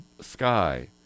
sky